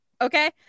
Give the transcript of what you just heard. okay